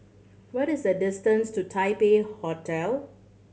what is the distance to Taipei Hotel